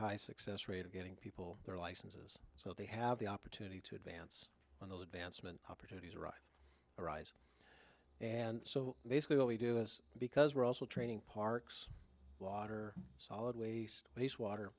high success rate of getting people their licenses so they have the opportunity to advance on those advancement opportunities arise arise and so they school we do is because we're also training parks lauder solid waste waste water